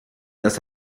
das